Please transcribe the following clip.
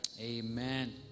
amen